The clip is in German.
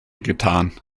getan